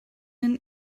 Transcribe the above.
and